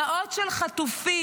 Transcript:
אימהות של חטופים,